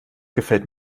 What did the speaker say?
gefällt